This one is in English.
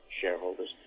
shareholders